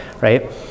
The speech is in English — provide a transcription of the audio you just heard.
Right